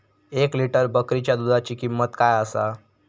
एक लिटर बकरीच्या दुधाची किंमत काय आसा?